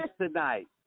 tonight